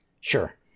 Sure